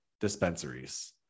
dispensaries